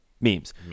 Memes